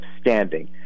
standing